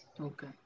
Okay